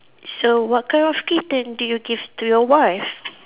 so what kind of kitten did you give to your wife